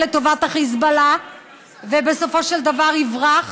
לטובת חיזבאללה ובסופו של דבר יברח,